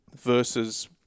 versus